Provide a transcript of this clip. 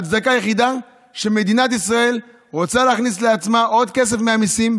ההצדקה היחידה היא שמדינת ישראל רוצה להכניס לעצמה עוד כסף מהמיסים.